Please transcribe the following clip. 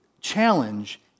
challenge